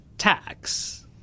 tax